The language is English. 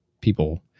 people